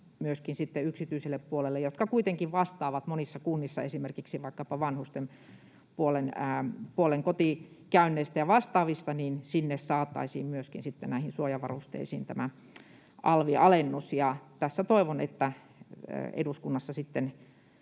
myöskin sitten yksityiselle puolelle, joka kuitenkin vastaa monissa kunnissa esimerkiksi vanhusten puolen kotikäynneistä ja vastaavista, saataisiin näihin suojavarusteisiin tämä alvialennus. Toivon, että tässä eduskunnassa sitten